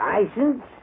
License